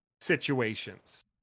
situations